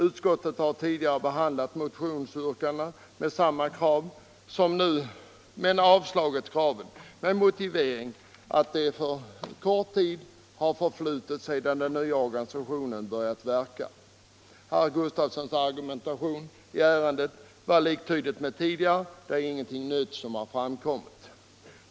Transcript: Utskottet har tidigare behandlat motionsyrkanden med samma krav men yrkat avslag på kraven med motiveringen att alltför kort tid förflutit sedan den nya organisationen börjat verka. Herr Gustavssons i Alvesta argumentation i ärendet var densamma nu som tidigare; ingenting nytt har framkommit.